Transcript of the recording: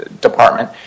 department